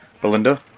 Belinda